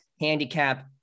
handicap